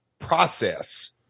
process